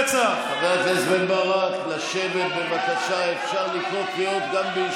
רם בן ברק, רם בן ברק, הבוס שלך שמע אותך.